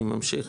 אני ממשיך.